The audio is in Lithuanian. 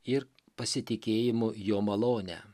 ir pasitikėjimu jo malone